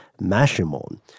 Mashimon